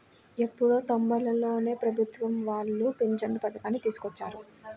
ఎప్పుడో తొంబైలలోనే ప్రభుత్వం వాళ్ళు పింఛను పథకాన్ని తీసుకొచ్చారు